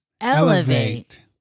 Elevate